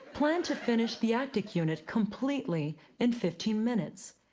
plan to finish the actiq unit completely in fifteen minutes.